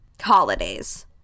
holidays